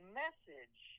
message